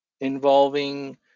involving